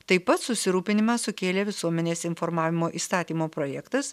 taip pat susirūpinimą sukėlė visuomenės informavimo įstatymo projektas